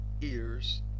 ears